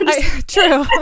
true